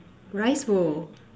rice bowl